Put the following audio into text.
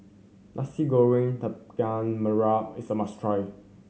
Nasi Goreng merah is a must try